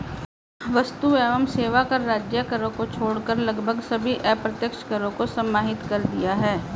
वस्तु एवं सेवा कर राज्य करों को छोड़कर लगभग सभी अप्रत्यक्ष करों को समाहित कर दिया है